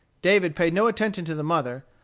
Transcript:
david paid no attention to the mother,